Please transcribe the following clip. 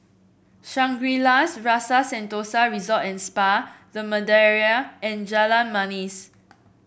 Shangri La's Rasa Sentosa Resort and Spa The Madeira and Jalan Manis